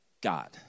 God